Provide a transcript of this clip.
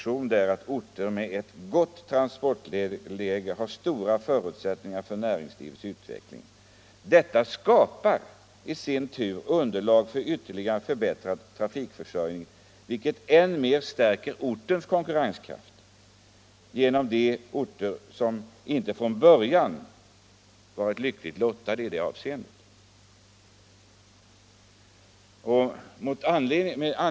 Orter med ett gott transportläge har stora förutsättningar för näringslivets utveckling. Detta skapar i sin tur underlag för ytterligare förbättrad trafikförsörjning, vilket än mer stärker ortens konkurrenskraft gentemot de orter som inte från början varit lika lyckligt lottade.